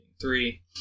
three